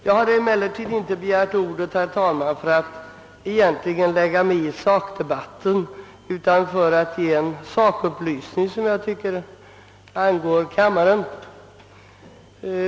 Jag har emellertid inte begärt ordet för att blanda mig i den egentliga debatten utan för att ge en sakupplysning, som enligt min mening angår kammaren.